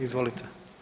Izvolite.